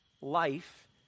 life